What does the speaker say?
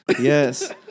Yes